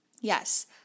yes